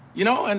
you know, and